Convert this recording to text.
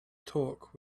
talk